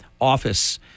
office